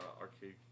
arcade